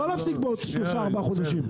לא להפסיק בעוד שלושה-ארבעה חודשים.